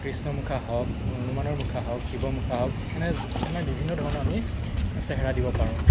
কৃষ্ণমুখা হওক হনুমানৰ মুখা হওক শিৱমুখা হওক এনে এনে বিভিন্ন ধৰণৰ আমি চেহেৰা দিব পাৰোঁ